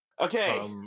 Okay